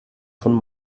von